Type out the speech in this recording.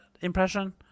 impression